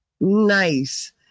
Nice